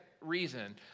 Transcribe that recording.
reason